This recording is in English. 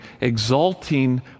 exalting